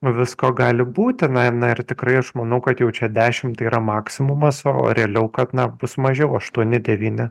visko gali būti na na ir tikrai aš manau kad jau čia dešimt yra maksimumas o realiau kad na bus mažiau aštuoni devyni